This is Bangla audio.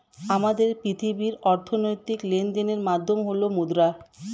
আমাদের পৃথিবীর অর্থনৈতিক লেনদেনের মাধ্যম হল মুদ্রা